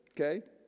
okay